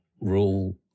rule